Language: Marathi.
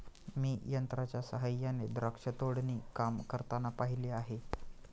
मी यंत्रांच्या सहाय्याने द्राक्ष तोडणी काम करताना पाहिले आहे